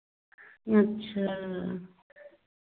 अच्छा